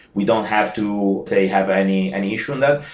we don't have to, say, have any any issue on that.